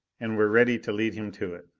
and were ready to lead him to it.